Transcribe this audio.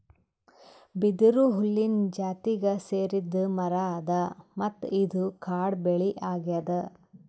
ಬಿದಿರು ಹುಲ್ಲಿನ್ ಜಾತಿಗ್ ಸೇರಿದ್ ಮರಾ ಅದಾ ಮತ್ತ್ ಇದು ಕಾಡ್ ಬೆಳಿ ಅಗ್ಯಾದ್